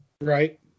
Right